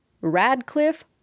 Radcliffe